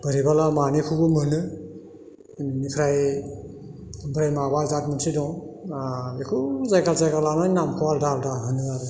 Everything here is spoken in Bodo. बोरैबाला मानैखौबो मोनो बिनिफ्रा ओमफ्राय माबा जाथ मोनसे दं बेखौ जायगा लानानै नामआ आलदा आलदा होनो आरो